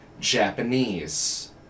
Japanese